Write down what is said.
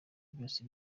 byose